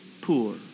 poor